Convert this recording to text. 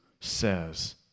says